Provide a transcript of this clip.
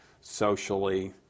socially